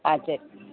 ஆ சரி